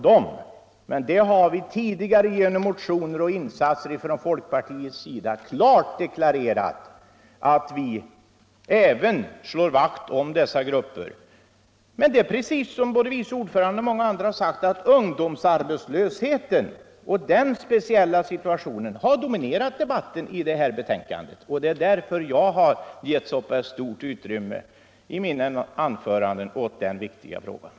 Genom motioner och andra insatser har vi från folkpartiets sida tidigare klart deklarerat att vi slår vakt även om dessa grupper. Som vice ordföranden och många andra har sagt domineras emellertid debatten i betänkandet av ungdomsarbetslösheten, och det är därför som jag har ägnat den viktiga frågan så stort utrymme i mitt anförande.